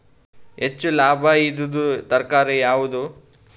ಹೆಚ್ಚು ಲಾಭಾಯಿದುದು ತರಕಾರಿ ಯಾವಾದು?